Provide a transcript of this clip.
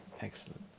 Excellent